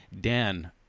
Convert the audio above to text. Dan